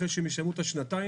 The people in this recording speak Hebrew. אחרי שהם יסיימו את השנתיים,